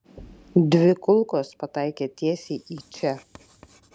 dvi kulkos pataikė tiesiai į čia